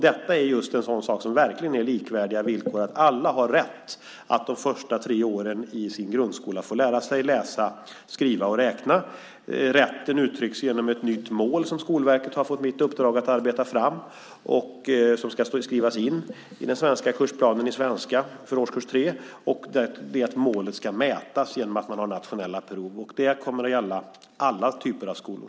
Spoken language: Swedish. Detta är verkligen en sådan sak som ger likvärdiga villkor. Alla har rätt att under de första tre åren i grundskolan få lära sig läsa, skriva och räkna. Rätten uttrycks genom ett nytt mål som Skolverket har fått mitt uppdrag att arbeta fram och som ska skrivas in i den svenska kursplanen för svenska i årskurs 3. Det målet ska mätas med nationella prov, och det kommer att gälla alla typer av skolor.